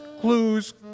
clues